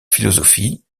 philosophie